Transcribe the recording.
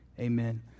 Amen